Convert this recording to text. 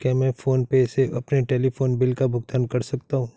क्या मैं PhonePe से अपने टेलीफोन बिल का भुगतान कर सकता हूँ?